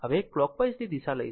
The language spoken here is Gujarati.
હવે કલોકવાઈઝ દિશા લઈશું